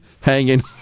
hanging